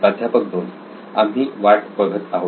प्राध्यापक 2 आम्ही वाट बघत आहोत